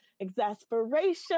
exasperation